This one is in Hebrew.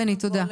בני, תודה.